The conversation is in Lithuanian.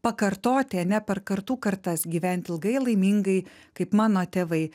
pakartoti ane per kartų kartas gyvent ilgai laimingai kaip mano tėvai